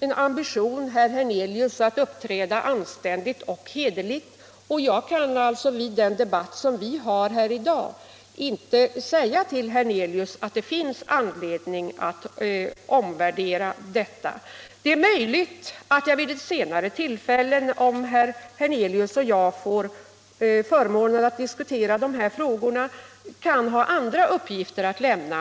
en ambition, herr Hernelius, att uppträda anständigt och hederligt, och jag kan alltså vid den debatt som vi för här i dag inte säga till herr Hernelius att det finns anledning att göra någon omvärdering. Det är möjligt att jag vid ett senare tillfälle, om herr Hernelius och jag får förmånen att diskutera de här frågorna, kan ha andra uppgifter att lämna.